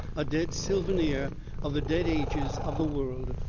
a dead souvenir of the dead ages of the world,